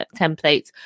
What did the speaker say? templates